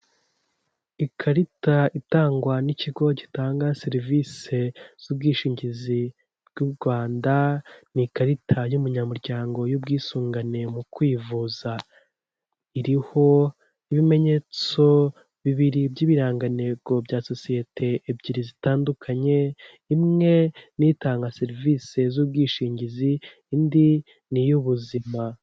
Ikarita itangwa n'ikigo gitanga serivisi z'ubwishingizi bw'u rwanda; ni ikarita y'umunyamuryango y'ubwisungane mu kwivuza; iriho ibimenyetso bibiri by'ibirangantego bya sosiyete ebyiri zitandukanye; imwe n'itanga serivisi z'ubwishingizi, indi ni iy'ubuzima.